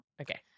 Okay